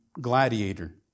Gladiator